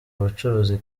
ubucuruzi